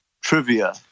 trivia